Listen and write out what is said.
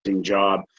job